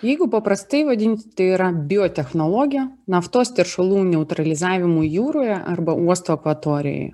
jeigu paprastai vadinti yra biotechnologija naftos teršalų neutralizavimui jūroje arba uosto akvatorijoje